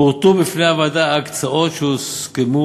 פורטו בפני הוועדה ההקצאות שהוסכמו